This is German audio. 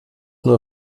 nur